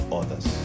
others